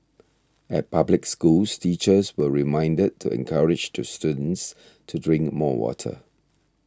at public schools teachers were reminded to encourage the students to drink more water